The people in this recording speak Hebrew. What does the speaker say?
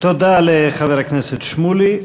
תודה לחבר הכנסת שמולי.